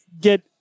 get